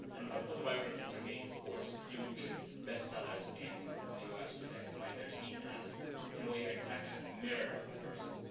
and autobiographies remain of course huge bestsellers in the us today, right? they're seen as in a way a reflection, a mirror of the person.